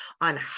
on